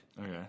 Okay